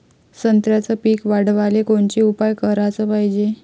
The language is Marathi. संत्र्याचं पीक वाढवाले कोनचे उपाव कराच पायजे?